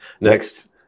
Next